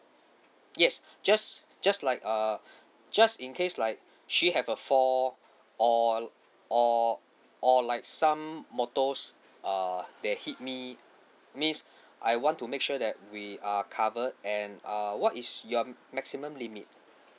yes just just like err just in case like she have a fall or or or like some motors uh they hit me means I want to make sure that we are covered and err what is your maximum limit